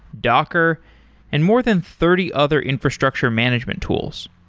docker and more than thirty other infrastructure management tools.